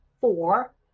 four